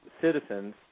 citizens